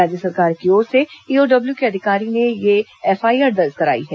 राज्य सरकार की ओर से ईओडब्ल्यू के अधिकारी ने यह एफआईआर दर्ज कराई है